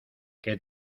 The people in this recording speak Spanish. que